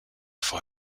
for